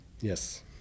yes